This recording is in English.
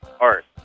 art